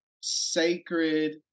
sacred